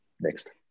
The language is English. Next